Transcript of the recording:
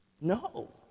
No